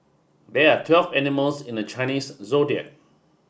there are twelve animals in the Chinese Zodiac